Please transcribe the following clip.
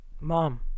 Mom